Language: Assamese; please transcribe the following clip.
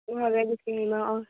ইভাগে গুচি আহিম আৰু অঁ